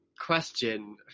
question